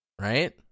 Right